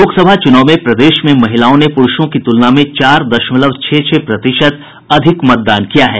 लोकसभा चूनाव में प्रदेश में महिलाओं ने पूरूषों की तूलना में चार दशमलव छह छह प्रतिशत अधिक मतदान किया है